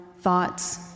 thoughts